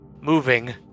Moving